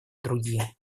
другие